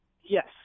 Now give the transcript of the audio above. yes